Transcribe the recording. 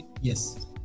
Yes